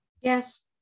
Yes